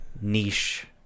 niche